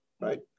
right